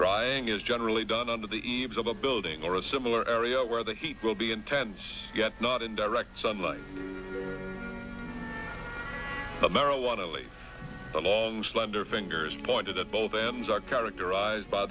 drying is generally done under the eaves of a building or a similar area where the heat will be intense yet not in direct sunlight marijuana only the long slender fingers pointed at both ends are characterized by